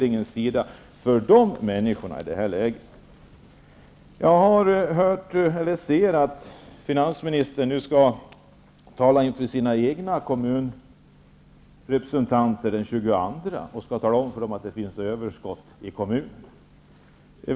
Den tar bort personal. Jag ser att finansministern nu skall tala inför sina egna kommunrepresentanter den 22 mars. Hon skall då tala om för dem att det finns överskott i kommunerna.